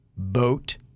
boat